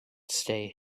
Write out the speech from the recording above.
stay